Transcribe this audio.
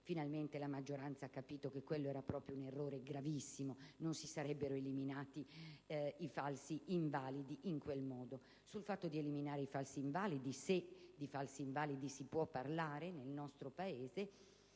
fine, la maggioranza ha capito che quello era proprio un errore gravissimo. Non si sarebbero eliminati i falsi invalidi in quel modo. Sull'eliminare i falsi invalidi, se di falsi invalidi si può parlare nel nostro Paese,